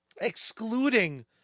excluding